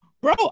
Bro